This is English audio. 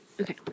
okay